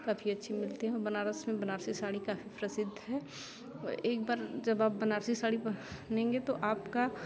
काफी अच्छे मिलते हैं बनारस में बनारसी साड़ी का प्रसिद्ध है एक बार जब आप बनारसी साड़ी पहनेंगे तो आपका